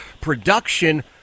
production